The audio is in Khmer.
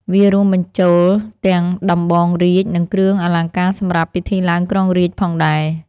វារួមបញ្ចូលទាំងដំបងរាជ្យ និងគ្រឿងអលង្ការសម្រាប់ពិធីឡើងគ្រងរាជ្យផងដែរ។